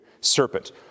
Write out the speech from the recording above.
Serpent